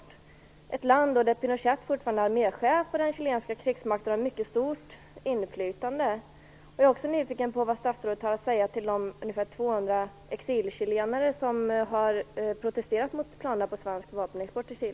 Chile är ett land där Pinochet fortfarande är arméchef inom krigsmakten och har ett mycket stort inflytande. Jag är också mycket nyfiken på vad statsrådet har att säga till de ungefär 200 exilchilenare som har protesterat mot planerna på svensk vapenexport till